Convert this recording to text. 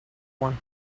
one